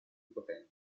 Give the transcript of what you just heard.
potenti